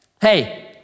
hey